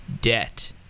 debt